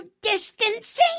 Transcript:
distancing